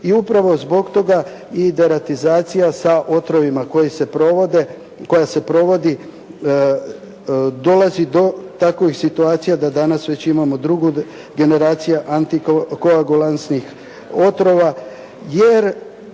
i upravo zbog toga i deratizacija sa otrovima koja se provodi dolazi do takovih situacija da danas već imamo drugu generaciju antikoagulansnih otrova